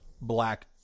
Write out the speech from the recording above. black